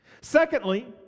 Secondly